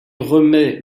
remet